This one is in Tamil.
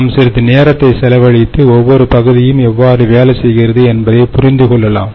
நாம் சிறிது நேரத்தை செலவழித்து ஒவ்வொரு பகுதியும் எவ்வாறு வேலை செய்கிறது என்பதை புரிந்து கொள்ளலாம்